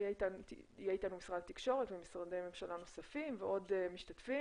יהיה איתנו משרד התקשורת ומשרדי ממשלה נוספים ועוד משתתפים